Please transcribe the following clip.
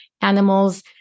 animals